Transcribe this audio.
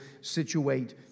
situate